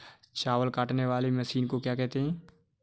चावल काटने वाली मशीन को क्या कहते हैं?